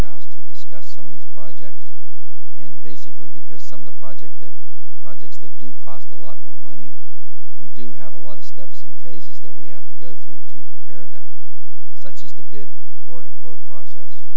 grounds to discuss some of these projects and basically because some of the project that projects to do cost a lot more money we do have a lot of steps and phases that we have to go through to prepare that such as the bid or to quote process